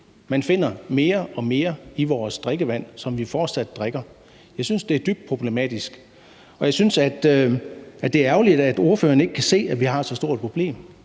Man finder mere og mere i vores drikkevand, som vi fortsat drikker. Jeg synes, det er dybt problematisk. Og jeg synes, det er ærgerligt, at ordføreren ikke kan se, at vi har et så stort problem.